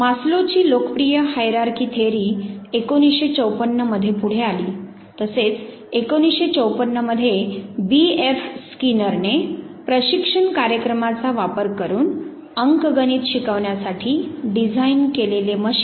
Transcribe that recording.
आता जर तुम्ही 1800 पासून ते 1960 च्या सुरुवातीच्या काळा पर्यंतचा बदल पाहिला तर आपल्याला असे आढळेल की मानस शास्त्रातील बहुतेक पथदर्शी संशोधन त्या काळात घडले आहे आणि आपण जर जास्तीत जास्त नंतरच्या काळाकडे म्हणजेच 1976 1980 1991 1992 कडे आलो तर हा काळ या विषयाच्या संघटनात्मक घटकांकडे वळलेला दिसतो